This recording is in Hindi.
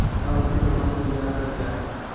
आवर्ती जमा की ब्याज दर क्या है?